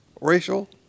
racial